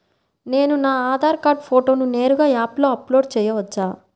నేను నా ఆధార్ కార్డ్ ఫోటోను నేరుగా యాప్లో అప్లోడ్ చేయవచ్చా?